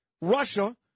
Russia